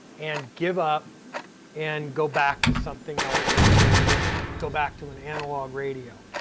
and give up and go back to something else, or or just go back to an analog radio.